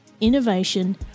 innovation